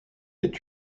est